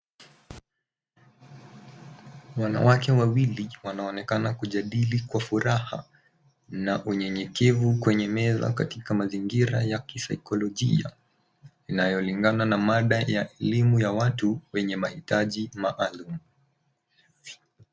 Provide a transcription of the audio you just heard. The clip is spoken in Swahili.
Wanawake wawili wanaonekana kujadii kwa furaha na unyenyevu kwenye meza katika mazingira ya kisaikolojia inayolingana na mada ya elimu ya watu wenye mahitaji maalum.